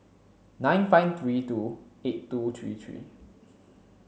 nine five three two eight two three three